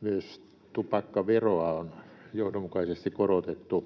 Myös tupakkaveroa on johdonmukaisesti korotettu,